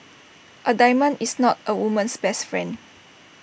A diamond is not A woman's best friend